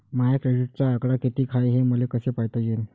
माया क्रेडिटचा आकडा कितीक हाय हे मले कस पायता येईन?